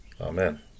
Amen